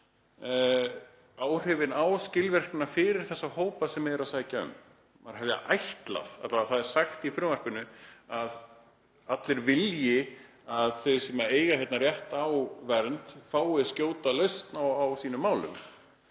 áhrifin á skilvirknina fyrir þá hópa sem eru að sækja um. Maður hefði ætlað, alla vega er það sagt í frumvarpinu, að allir vilji að þau sem eiga rétt á vernd fái skjóta lausn á sínum málum,